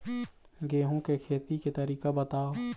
गेहूं के खेती के तरीका बताव?